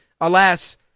alas